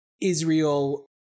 Israel